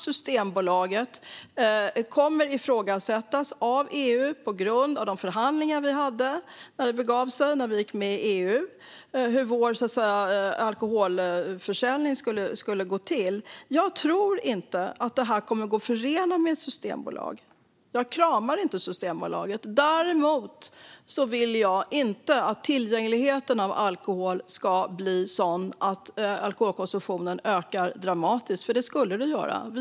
Systembolaget kommer i så fall att ifrågasättas av EU, på grund av de förhandlingar om hur vår alkoholförsäljning skulle gå till som vi hade när vi gick med i EU. Jag tror inte att detta kommer att gå att förena med ett monopol. Jag kramar inte Systembolaget, men jag vill inte att tillgängligheten till alkohol ska bli sådan att alkoholkonsumtionen ökar dramatiskt. Så skulle det nämligen bli.